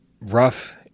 rough